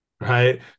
right